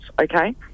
okay